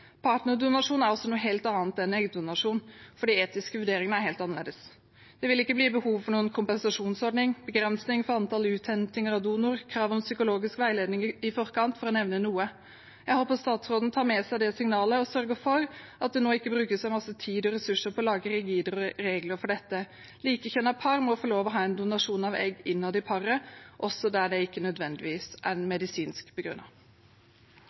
Partnerdonasjon er altså noe helt annet enn eggdonasjon, for de etiske vurderingene er helt annerledes. Det vil ikke være behov for noen kompensasjonsordning, begrensninger i antall uthentinger fra donor eller krav om psykologisk veiledning i forkant, for å nevne noe. Jeg håper statsråden tar med seg det signalet og sørger for at en ikke nå bruker masse tid og ressurser på å lage rigide regler for dette. Likekjønnede par må få lov til å ha en donasjon av egg innad i paret, også der det ikke nødvendigvis